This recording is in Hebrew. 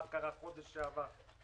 מה קרה בחודש שעבר.